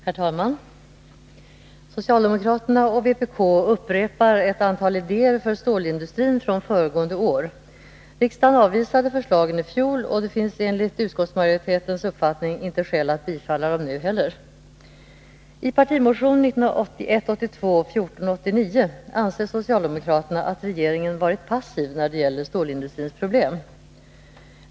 Herr talman! Socialdemokraterna och vpk upprepar ett antal idéer för stålindustrin från föregående år. Riksdagen avvisade förslagen i fjol, och det finns enligt utskottsmajoritetens uppfattning inte heller nu skäl att bifalla dem. I partimotionen 1981/82:1489 anför socialdemokraterna att regeringen har varit passiv när det gäller stålindustrins problem.